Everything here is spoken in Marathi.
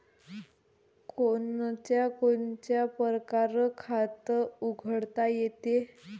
कोनच्या कोनच्या परकारं खात उघडता येते?